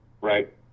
right